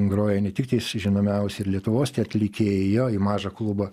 grojo ne tik žinomiausi ir lietuvos tie atlikėjai jo į mažą klubą